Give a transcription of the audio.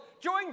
join